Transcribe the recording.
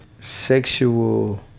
sexual